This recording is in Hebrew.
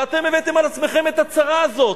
ואתם הבאתם על עצמכם את הצרה הזאת.